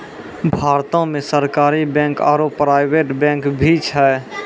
भारतो मे सरकारी बैंक आरो प्राइवेट बैंक भी छै